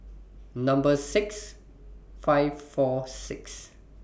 Number six five four six